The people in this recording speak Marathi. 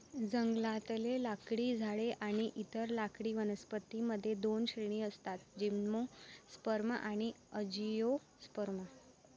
जंगलातले लाकडी झाडे आणि इतर लाकडी वनस्पतीं मध्ये दोन श्रेणी असतातः जिम्नोस्पर्म आणि अँजिओस्पर्म